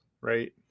right